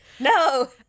No